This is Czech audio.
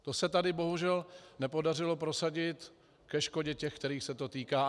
To se tady bohužel nepodařilo prosadit ke škodě těch, kterých se to týká.